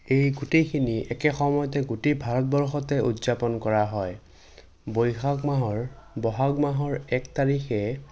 এই গোটেইখিনি একেসময়তে গোটেই ভাৰতবৰ্ষতে উদযাপন কৰা হয় বৈসাগ মাহৰ বহাগ মাহৰ এক তাৰিখে